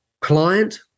client